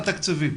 בהסטה תקציבית.